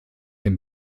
den